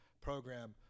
program